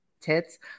tits